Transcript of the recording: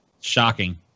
Shocking